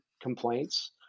complaints